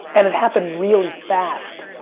and it happened really fast.